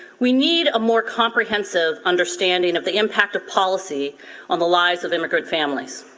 we need a more comprehensive understanding of the impact of policy on the lives of immigrant families.